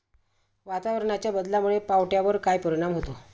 वातावरणाच्या बदलामुळे पावट्यावर काय परिणाम होतो?